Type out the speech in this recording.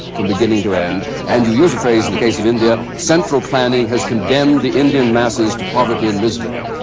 from beginning to end, and you use a phrase in the case of india, central planning has condemned the indian masses to poverty and misery.